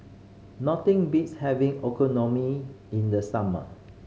nothing beats having Okonomi in the summer